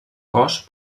cos